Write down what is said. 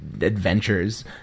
adventures